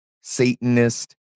Satanist